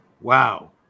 Wow